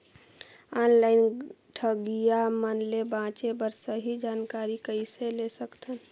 Online ठगईया मन ले बांचें बर सही जानकारी कइसे ले सकत हन?